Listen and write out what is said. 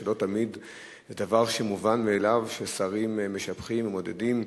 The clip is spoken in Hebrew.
כשלא תמיד זה דבר מובן מאליו ששרים משבחים ומעודדים,